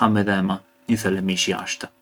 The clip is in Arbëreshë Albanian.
ha midhema një thele mishë jashta.